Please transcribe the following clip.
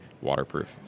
waterproof